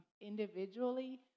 Individually